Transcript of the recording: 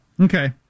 Okay